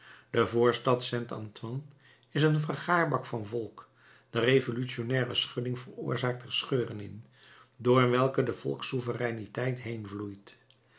de voorstad saint antoine is een vergaarbak van volk de revolutionnaire schudding veroorzaakt er scheuren in door welke de volkssouvereiniteit heen